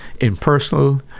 impersonal